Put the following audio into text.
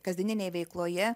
kasdieninėj veikloje